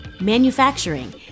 manufacturing